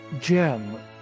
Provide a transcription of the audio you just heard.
gem